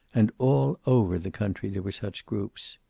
and all over the country there were such groups.